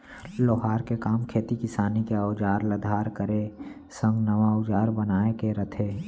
लोहार के काम खेती किसानी के अउजार ल धार करे संग नवा अउजार बनाए के रथे